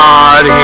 God